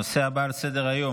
הנושא הבא על סדר-היום: